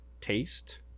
taste